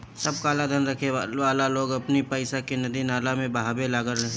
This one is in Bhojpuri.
सब कालाधन रखे वाला लोग अपनी पईसा के नदी नाला में बहावे लागल रहे